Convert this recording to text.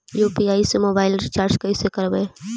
UPI से mobile recharge कैसे करबइ?